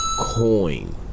Coin